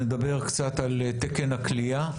נדבר קצת על תקן הכליאה,